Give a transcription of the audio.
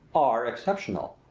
are exceptional.